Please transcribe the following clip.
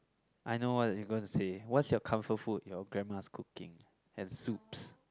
I know what you going to say what's your comfort food your grandma's cooking and soups